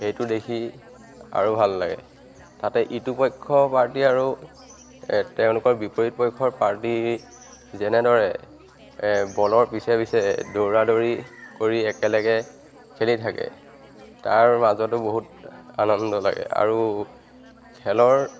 সেইটো দেখি আৰু ভাল লাগে তাতে ইটো পক্ষ পাৰ্টি আৰু তেওঁলোকৰ বিপৰীত পক্ষৰ পাৰ্টি যেনেদৰে বলৰ পিছে পিছে দৌৰা দৌৰি কৰি একেলগে খেলি থাকে তাৰ মাজতো বহুত আনন্দ লাগে আৰু খেলৰ